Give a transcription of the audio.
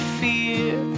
fear